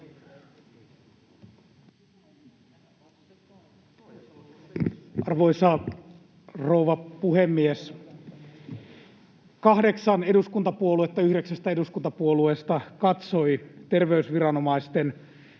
Arvoisa rouva puhemies! Kahdeksan eduskuntapuoluetta yhdeksästä eduskuntapuolueesta katsoi terveysviranomaisten